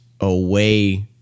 away